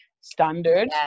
standard